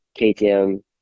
KTM